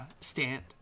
stand